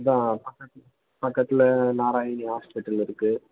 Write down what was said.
இதுதான் பக்கத்தில் பக்கத்தில் நாராயணி ஹாஸ்பிட்டல் இருக்குது